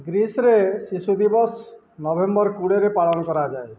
ଗ୍ରୀସରେ ଶିଶୁ ଦିବସ ନଭେମ୍ବର କୋଡ଼ିଏରେ ପାଳନ କରାଯାଏ